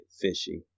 fishy